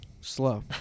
slow